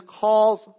calls